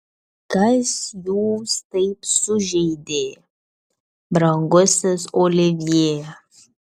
kas jūs taip sužeidė brangusis olivjė